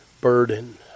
burden